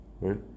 right